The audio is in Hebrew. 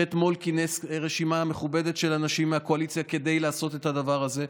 שאתמול כינס רשימה מכובדת של אנשים מהקואליציה כדי לעשות את הדבר הזה.